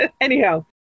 Anyhow